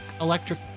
electric